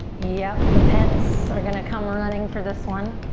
yep, the pets are gonna come running for this one.